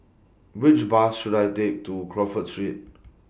Which Bus should I Take to Crawford Street